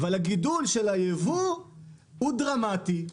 אבל הגידול של היבוא הוא דרמטי.